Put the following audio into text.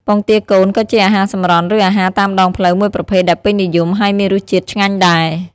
ពងទាកូន ក៏ជាអាហារសម្រន់ ឬអាហារតាមដងផ្លូវមួយប្រភេទដែលពេញនិយម ហើយមានរសជាតិឆ្ងាញ់ដែរ។